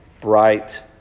bright